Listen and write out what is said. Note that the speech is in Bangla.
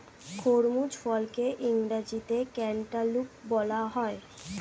খরমুজ ফলকে ইংরেজিতে ক্যান্টালুপ বলা হয়